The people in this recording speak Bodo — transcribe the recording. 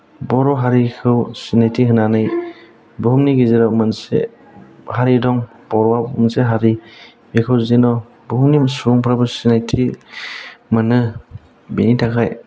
बर' हारिखौ सिनायथि होनानै बुहुमनि गेजेराव मोनसे हारि दं बर'आ मोनसे हारि बेखौ जेन' बुहुमनि सुबुंफ्राबो सिनायथि मोनो बेनि थाखाय